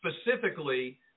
specifically